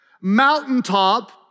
Mountaintop